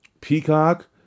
Peacock